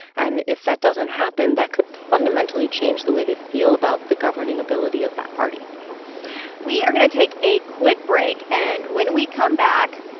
and if that doesn't happen, that could fundamentally change the way they feel about the governing ability of that party we are going to take a quick break. and when we come back,